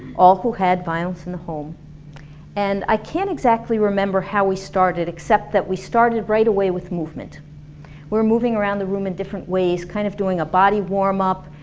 all who had violence in the home and i can't exactly remember how we started except that we started right away with movement. we were moving around the room in different ways kind of doing a body warm-up,